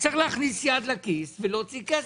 הוא להכניס יד לכיס ולהוציא כסף.